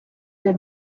the